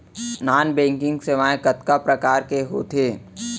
non banking सेवाएं कतका प्रकार के होथे